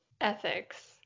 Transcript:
ethics